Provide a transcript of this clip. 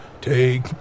Take